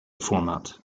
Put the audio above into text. format